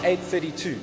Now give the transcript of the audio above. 8.32